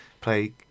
play